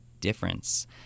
difference